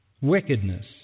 Wickedness